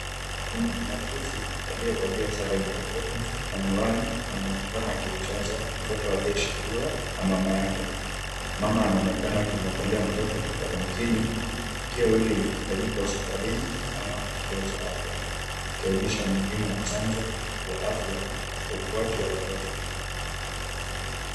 Muuguzi aliyevalia sare nyeupe na miwani, anaonekana akimchanja mtoto aliyeshikiliwa na mama yake. Mama anaonekana akimwangalia mtoto kwa makini, tukio hili likifanyika hospitalini ama kituo cha afya, likionyesha umuhimu wa chanjo ya afya kwa ukuaji wa watoto.